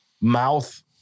mouth